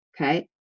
Okay